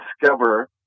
discover